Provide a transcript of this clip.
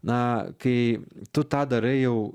na kai tu tą darai jau